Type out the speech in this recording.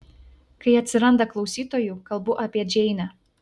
kai atsiranda klausytojų kalbu apie džeinę